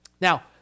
Now